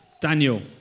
daniel